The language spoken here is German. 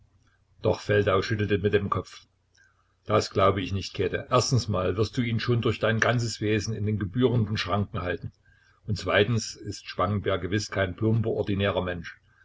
doch feldau schüttelte mit dem kopf das glaube ich nicht käthe erstensmal wirst du ihn schon durch dein ganzes wesen in den gebührenden schranken halten und zweitens ist spangenberg gewiß kein plumper ordinärer mensch